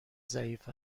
ضعیف